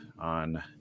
on